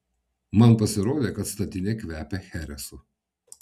man pasirodė kad statinė kvepia cheresu